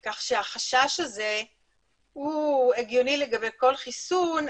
כך שהחשש הזה הוא הגיוני לגבי כל חיסון,